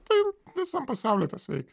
tai visam pasauly tas veikia